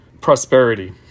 prosperity